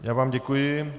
Já vám děkuji.